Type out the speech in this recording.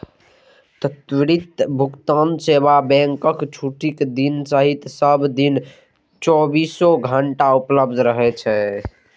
त्वरित भुगतान सेवा बैंकक छुट्टीक दिन सहित सब दिन चौबीसो घंटा उपलब्ध रहै छै